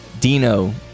Dino